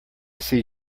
see